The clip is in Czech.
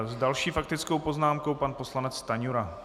S další faktickou poznámkou pan poslanec Stanjura.